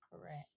Correct